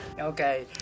Okay